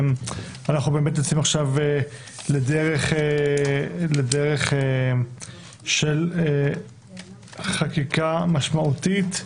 אנחנו יוצאים לדרך של חקיקה משמעותית.